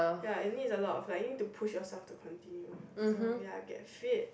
ya it needs a lot of like need to push yourself to continue so ya get fit